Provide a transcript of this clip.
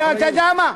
לא לא, אתה יודע מה,